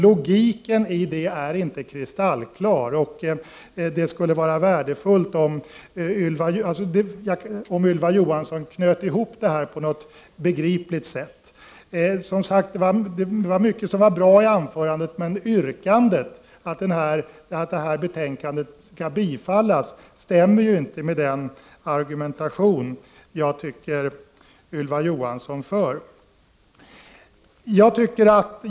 Logiken är inte kristallklar. Det vore värdefullt om Ylva Johansson kunde knyta ihop detta på något begripligt sätt. Mycket var bra i Ylva Johanssons anförande, men yrkandet, att hemställan i detta betänkande skall bifallas, stämmer inte med den argumentation som Ylva Johansson för.